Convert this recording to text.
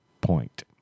point